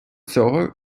цього